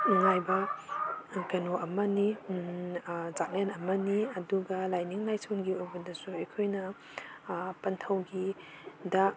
ꯅꯨꯡꯉꯥꯏꯕ ꯀꯩꯅꯣ ꯑꯃꯅꯤ ꯆꯥꯛꯂꯦꯟ ꯑꯃꯅꯤ ꯑꯗꯨꯒ ꯂꯥꯏꯅꯤꯡ ꯂꯥꯏꯁꯣꯟꯒꯤ ꯑꯣꯏꯕꯗꯁꯨ ꯑꯩꯈꯣꯏꯅ ꯄꯟꯊꯧꯒꯤꯗ